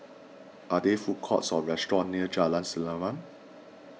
are there food courts or restaurants near Jalan Selimang